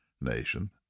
nation